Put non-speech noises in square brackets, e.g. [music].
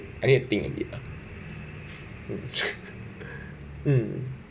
I need to think a bit lah [laughs] mm